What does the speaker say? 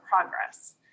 progress